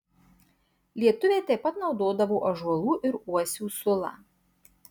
lietuviai taip pat naudodavo ąžuolų ir uosių sulą